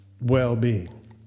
well-being